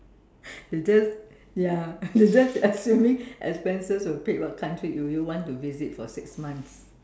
you just ya you just assuming expenses were paid what country would you want to visit for six months